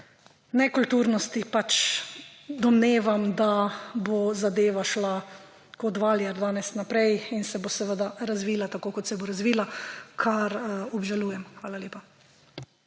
nekulturnosti, domnevam, da bo zadeva šla kot valjar danes naprej in se bo razvila tako, kot se bo razvila, kar obžalujem. Hvala lepa.